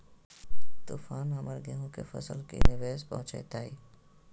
तूफान हमर गेंहू के फसल के की निवेस पहुचैताय?